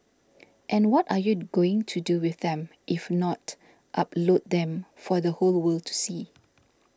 and what are you going to do with them if not upload them for the whole world to see